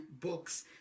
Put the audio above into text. books